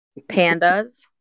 pandas